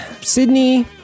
Sydney